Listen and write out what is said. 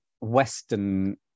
western